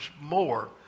more